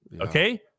Okay